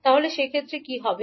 তাহলে সেক্ষেত্রে কী হবে